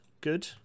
good